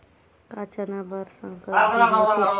का चना बर संकर बीज होथे?